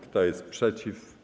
Kto jest przeciw?